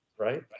Right